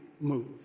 move